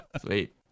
Sweet